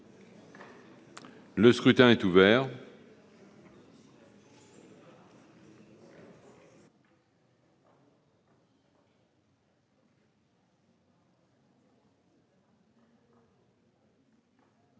Le scrutin est ouvert.